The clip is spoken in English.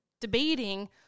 debating